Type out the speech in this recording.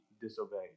disobeyed